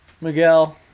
Miguel